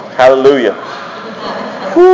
hallelujah